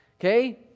okay